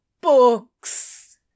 books